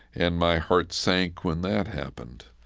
and my heart sank when that happened.